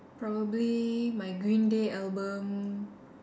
probably my green day album